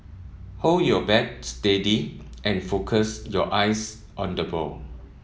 hold your bat steady and focus your eyes on the ball